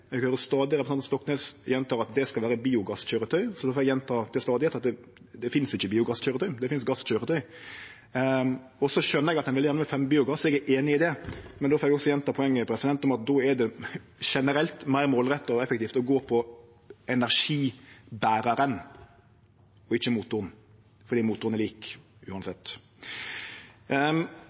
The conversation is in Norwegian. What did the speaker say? Eg høyrer stadig representanten Stoknes gjentek at det skal vere biogasskøyretøy, så då får eg gjenta til stadigheit at det finst ikkje biogasskøyretøy, det finst gasskøyretøy. Eg skjøner at ein gjerne vil fremje biogass, og eg er einig i det, men då får eg også gjenta poenget mitt om at då er det generelt meir målretta og effektivt å gå på energiberaren, ikkje motoren, for motoren er lik uansett.